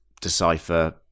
decipher